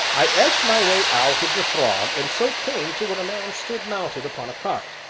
i edged my way out of the throng and so came to where a man stood mounted upon a cart.